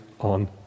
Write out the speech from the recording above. on